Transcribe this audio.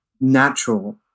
natural